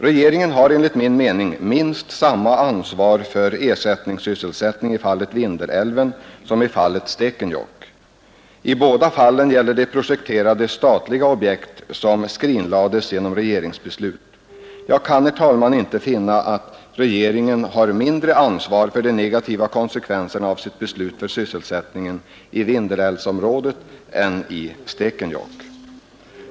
Regeringen har enligt min mening minst samma ansvar för ersättningssysselsättning i fallet Vindelälven som i fallet Stekenjokk. I båda fallen gäller det projekterade statliga objekt, som skrinlades genom regeringsbeslut. Jag kan inte finna att regeringen har mindre ansvar för de negativa konsekvenserna av sitt beslut för sysselsättningen i Vindelälvsområdet än i Stekenjokk.